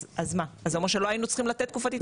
אז מה זה אומר שלא היינו צריכים לתת תקופת התארגנות?